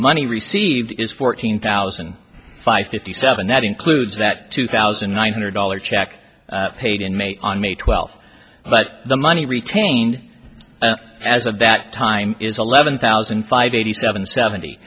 money received is fourteen thousand five fifty seven that includes that two thousand nine hundred dollars check paid in may on may twelfth but the money retained as of that time is eleven thousand five eighty seven seventy